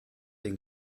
den